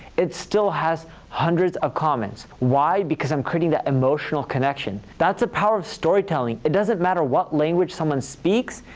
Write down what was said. it still has hundreds of comments. why? because i'm creating that emotional connection. that's the power of storytelling. it doesn't matter what language someone speaks,